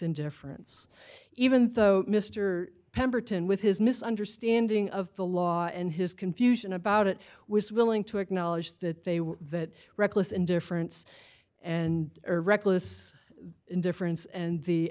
indifference even though mr pemberton with his misunderstanding of the law and his confusion about it was willing to acknowledge that they were that reckless indifference and or reckless indifference and the